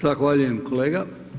Zahvaljujem kolega.